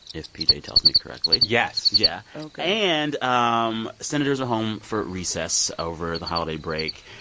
if pj tells me correctly yes yeah oh, good and um senators are home for recess over the holiday break,